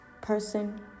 person